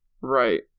right